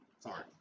Sorry